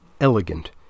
elegant